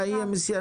בבאר שבע.